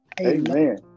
Amen